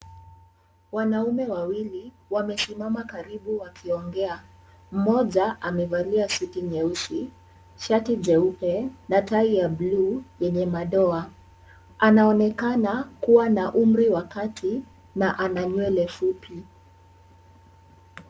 Wanaume wawili wamesimama karibu wakiongea. Mmoja amevalia suti nyeusi, shati jeupe na tai ya blue yenye madoa. Anaonekana kuwa na umri wa kati na ana nywele fupi.